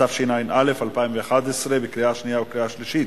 התשע"א 2011,